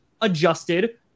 adjusted